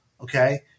Okay